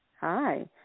Hi